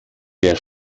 der